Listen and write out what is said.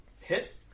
hit